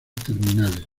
terminales